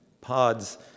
Pods